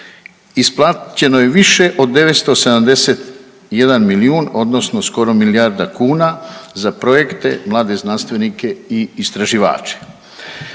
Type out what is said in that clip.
isplaćeno je više od 971 milijun odnosno skoro milijarda kuna za projekte mlade znanstvenike i istraživače.